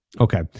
Okay